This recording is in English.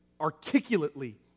articulately